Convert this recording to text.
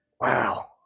Wow